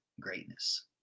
greatness